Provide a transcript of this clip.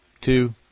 two